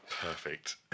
Perfect